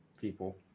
people